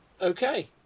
Okay